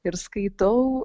ir skaitau